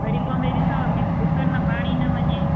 वरी पोइ में ॾिसो भितुयुनि में पाणी न वञे